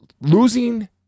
losing